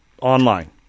online